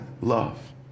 love